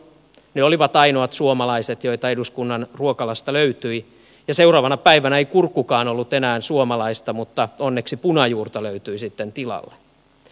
ne olivat ainoat suomalaiset ruuat joita eduskunnan ruokalasta löytyi ja seuraavana päivänä ei kurkkukaan ollut enää suomalaista mutta onneksi punajuurta löytyi sitten tilalle